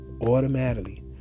automatically